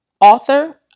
author